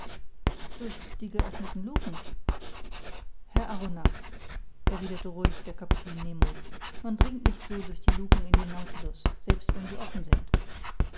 durch die geöffneten lucken herr arronax erwiderte ruhig der kapitän nemo man dringt nicht so durch die lucken in den nautilus selbst wenn sie offen sind